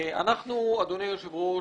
אדוני היושב-ראש,